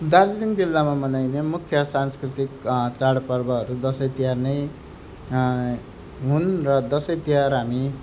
दार्जिलिङ जिल्लामा मनाइने मुख्य सांस्कृतिक चाडपर्वहरू दसैँ तिहार नै हुन् र दसैँ तिहार हामी